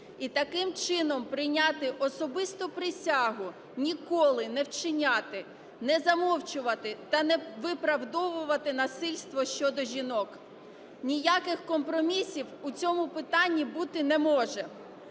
і таким чином прийняти особисту присягу ніколи не вчиняти, не замовчувати та не виправдовувати насильство щодо жінок. Ніяких компромісів у цьому питанні бути не може.